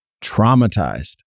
traumatized